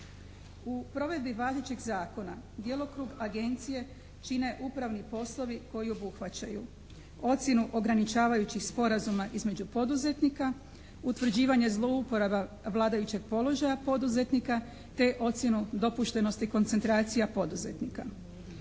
U provedbi važećeg zakona djelokrug agencije čine upravni poslovi koji obuhvaćaju: ocjenu ograničavajućih sporazuma između poduzetnika, utvrđivanje zlouporaba vladajućeg položaja poduzetnika te ocjenu dopuštenosti koncentracija poduzetnika.